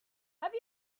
have